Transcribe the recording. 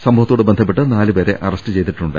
സംഭവത്തോട് ബന്ധപ്പെട്ട് നാലുപേരെ അറസ്റ്റ് ചെയ്തിട്ടുണ്ട്